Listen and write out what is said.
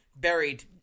buried